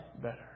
better